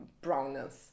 brownness